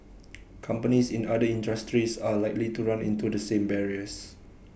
companies in other industries are likely to run into the same barriers